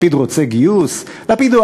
לפיד רוצה גיוס?